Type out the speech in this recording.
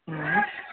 हूँ